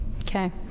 okay